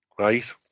right